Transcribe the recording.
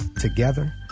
Together